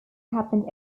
happened